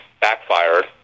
backfired